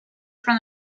from